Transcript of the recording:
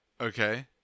Okay